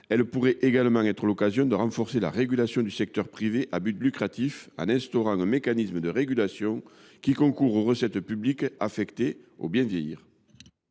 pourrait également être l’occasion de renforcer la régulation du secteur privé à but lucratif, en instaurant un mécanisme de régulation concourant aux recettes publiques affectées au bien vieillir.